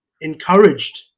encouraged